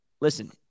listen